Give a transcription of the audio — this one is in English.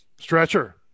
stretcher